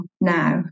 now